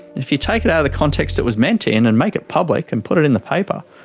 if you take it out of the context it was meant in and make it public and put it in the paper,